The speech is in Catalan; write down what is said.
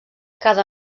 cada